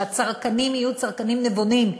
שהצרכנים יהיו צרכנים נבונים,